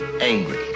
angry